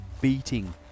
beating